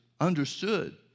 understood